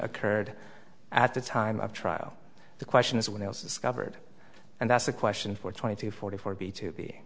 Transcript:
occurred at the time of trial the question is when else is covered and that's a question for twenty two forty four b to be